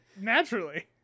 Naturally